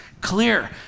clear